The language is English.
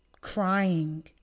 Crying